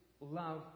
love